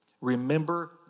Remember